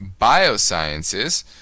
Biosciences